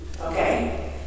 Okay